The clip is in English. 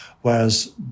whereas